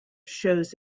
shows